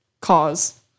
cause